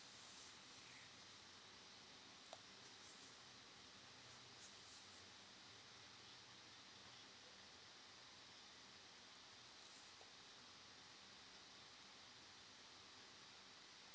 ya